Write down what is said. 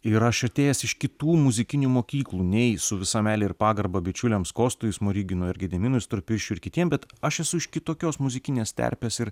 ir aš atėjęs iš kitų muzikinių mokyklų nei su visa meile ir pagarba bičiuliams kostui smoriginui ir gediminui storpirščiui ir kitiem bet aš esu iš kitokios muzikinės terpės ir